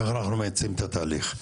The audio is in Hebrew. איך אנחנו מאיצים את התהליך.